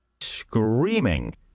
Screaming